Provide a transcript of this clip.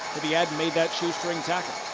if he hadn't made that shoestring tackle.